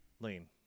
Lean